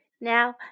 Now